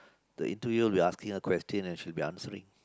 the interview be asking her questions and she answering